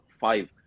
five